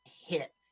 hit